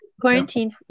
Quarantine